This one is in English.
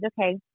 okay